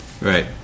Right